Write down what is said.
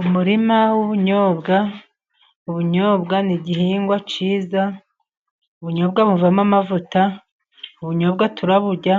Umurima w'ubunyobwa ,ubunyobwa n'igihingwa cyiza, ubunyobwa buvamo amavuta, ubunyobwa turaburya,